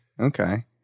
Okay